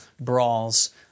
brawls